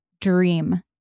dream